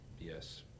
yes